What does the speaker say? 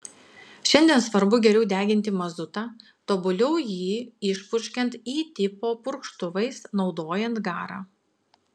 šiandien svarbu geriau deginti mazutą tobuliau jį išpurškiant y tipo purkštuvais naudojant garą